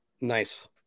nice